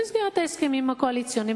במסגרת ההסכמים הקואליציוניים,